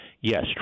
yes